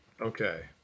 Okay